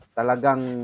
talagang